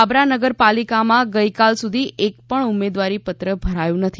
બાબરા નગરપાલિકામાં ગઇકાલ સુધી એકપણ ઉમેદવારીપત્ર ભરાયું નથી